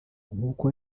nk’uko